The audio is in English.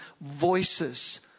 voices